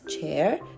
chair